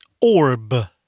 Orb